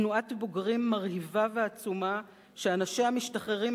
תנועת בוגרים מרהיבה ועצומה שאנשיה משתחררים